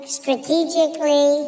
strategically